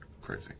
crazy